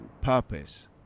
Purpose